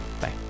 bye